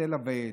סלה ועד.